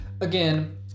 Again